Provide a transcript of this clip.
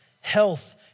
health